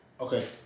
okay